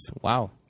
Wow